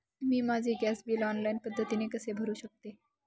मी माझे gas bill online पद्धतीने कसे भरु शकते?